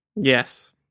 Yes